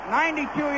92